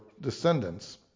descendants